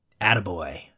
attaboy